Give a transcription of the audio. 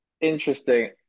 interesting